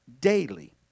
daily